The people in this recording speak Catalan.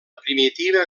primitiva